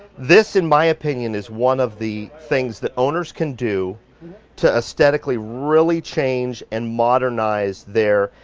this in my opinion is one of the things that owners can do to aesthetically really change and modernize their,